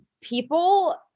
people